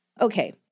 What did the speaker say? Okay